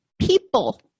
people